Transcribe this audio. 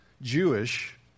Jewish